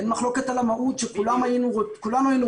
אין מחלוקת על המהות שכולם היינו רוצים